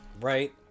right